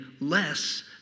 less